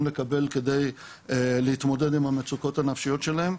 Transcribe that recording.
לקבל כדי להתמודד עם המצוקות הנפשיות שלהם.